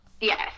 Yes